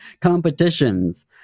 competitions